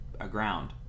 aground